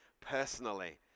personally